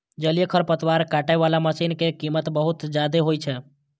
जलीय खरपतवार काटै बला मशीन के कीमत बहुत जादे होइ छै